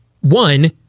One